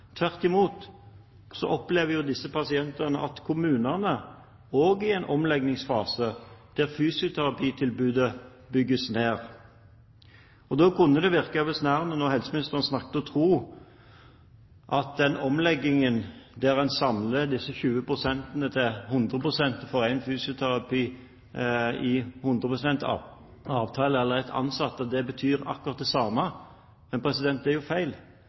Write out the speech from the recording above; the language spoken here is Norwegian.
Tvert imot – pasientene opplever at også kommunene er i en omleggingsfase, der fysioterapitilbudet bygges ned. Det kan virke besnærende at helseministeren later til å tro at den omleggingen der en samler disse 20-prosentene til 100 pst., dvs. én fysioterapeut, eller én ansatt, i 100 pst. avtale, betyr akkurat det samme. Men det er jo feil.